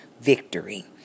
victory